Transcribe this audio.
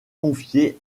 confiés